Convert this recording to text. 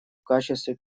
качестве